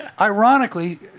ironically